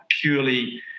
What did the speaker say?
purely